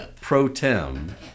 pro-Tem